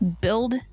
build